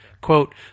Quote